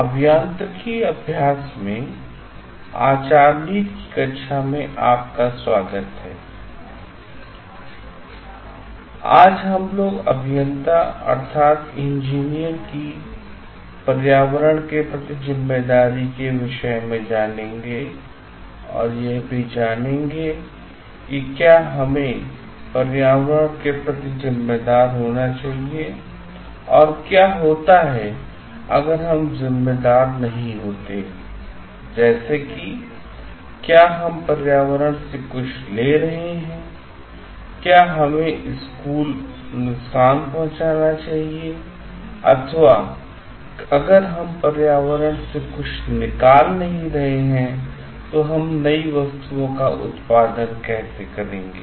अभियांत्रिकी अभ्यास में आचार नीति की कक्षा में आपका स्वागत है आज हम लोग अभियंता अर्थात इंजीनियर कि पर्यावरण के प्रति जिम्मेदारी की विषय में जानेंगे और यह भी जानेंगे क्या हमें पर्यावरण के प्रति जिम्मेदार होना चाहिए और क्या होता है अगर हम जिम्मेदार नहीं होते जैसे कि क्या हम पर्यावरण से कुछ ले रहे हैं क्या हमें स्कूल नुकसान पहुंचाना चाहिए अथवा अगर हम पर्यावरण से कुछ निकाल नहीं रहे हैं तो हम नई वस्तुओं का उत्पादन कैसे करेंगे